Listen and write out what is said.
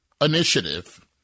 initiative